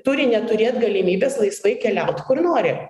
turi neturėt galimybės laisvai keliaut kur nori